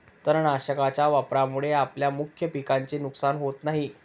तणनाशकाच्या वापरामुळे आपल्या मुख्य पिकाचे नुकसान होत नाही